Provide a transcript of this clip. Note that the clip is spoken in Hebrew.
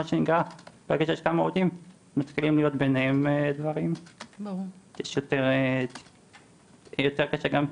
מה שנקרא ברגע שיש כמה עובדים מתחילים להיות ביניהם דברים ויותר קשה גם.